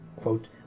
quote